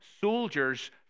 soldiers